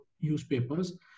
newspapers